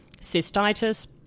cystitis